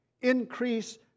Increase